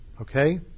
Okay